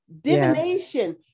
divination